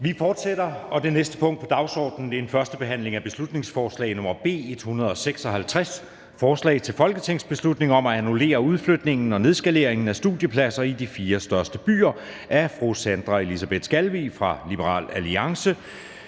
minuts pause. --- Det næste punkt på dagsordenen er: 16) 1. behandling af beslutningsforslag nr. B 156: Forslag til folketingsbeslutning om at annullere udflytningen og nedskaleringen af studiepladser i de fire største byer. Af Sandra Elisabeth Skalvig (LA) m.fl.